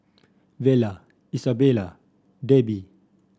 Vella Isabella Debbi